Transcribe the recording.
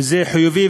וזה חיובי.